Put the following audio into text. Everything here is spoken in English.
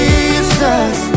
Jesus